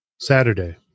Saturday